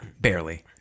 barely